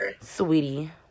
sweetie